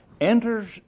enters